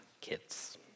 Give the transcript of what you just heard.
kids